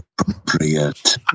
appropriate